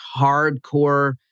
hardcore